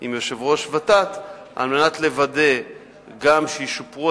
עם יושב-ראש ות"ת על מנת לוודא גם שישופרו